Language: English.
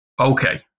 Okay